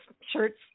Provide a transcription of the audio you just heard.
shirts